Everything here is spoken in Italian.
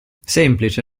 semplice